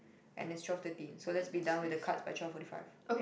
and it's twelve thirty so let's be done with the cards by twelve forty five